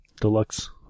deluxe